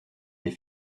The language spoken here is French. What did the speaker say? les